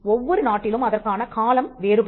ஒவ்வொரு நாட்டிலும் அதற்கான காலம் வேறுபடும்